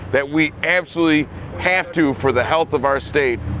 that we absolutely have to, for the health of our state,